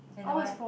and the one